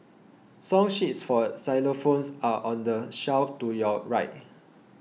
song sheets for xylophones are on the shelf to your right